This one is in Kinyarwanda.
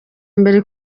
mbere